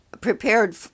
prepared